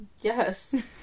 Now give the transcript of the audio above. Yes